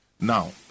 Now